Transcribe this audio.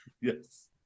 Yes